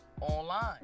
online